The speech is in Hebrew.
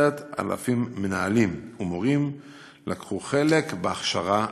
10,000 מנהלים ומורים לקחו חלק בהכשרה הזו.